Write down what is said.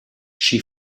she